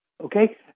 Okay